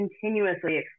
continuously